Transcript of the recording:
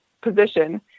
position